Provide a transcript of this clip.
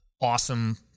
awesome